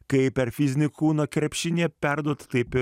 kaip per fizinį kūną krepšinyje perduot taip